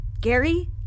Gary